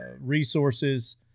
resources